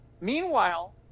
meanwhile